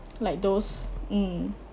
like those mm